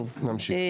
נמשיך.